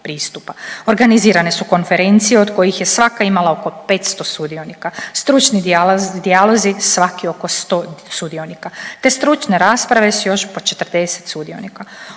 organizirane su konferencije od kojih je svaka imala oko 500 sudionika, stručni dijalozi svaki oko 100 sudionika, te stručne rasprave s još po 40 sudionika.